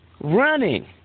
running